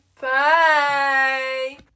Bye